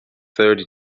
thirty